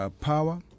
power